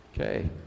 Okay